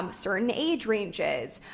um certain age ranges,